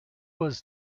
was